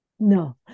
No